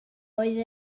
oedd